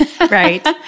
Right